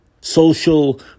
social